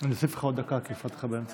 אני אוסיף לך עוד דקה, כי הפסקתי אותך באמצע.